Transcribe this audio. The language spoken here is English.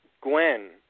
Gwen